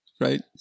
right